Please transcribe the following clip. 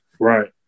Right